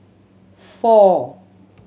four